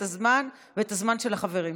את הזמן ואת הזמן של החברים שלכם.